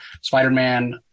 Spider-Man